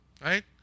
Right